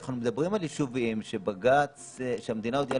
ואנחנו מדברים על יישובים שהמדינה הודיעה